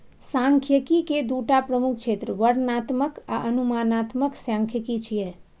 सांख्यिकी के दूटा प्रमुख क्षेत्र वर्णनात्मक आ अनुमानात्मक सांख्यिकी छियै